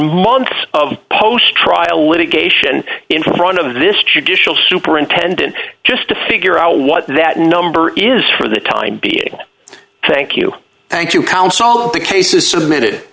months of post trial litigation in front of this judicial superintendent just to figure out what that number is for the time being thank you thank you counsel the case is submitted